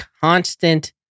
constant